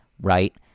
right